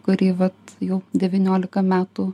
kurį vat jau devyniolika metų